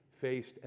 faced